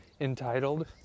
entitled